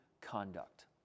conduct